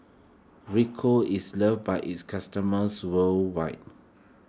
Rico is loved by its customers worldwide